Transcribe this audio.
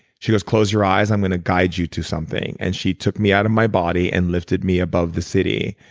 she goes, close your eyes i'm going to guide you to something. and she took me out of my body and lifted me above the city.